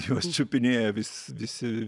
juos čiupinėja vis visi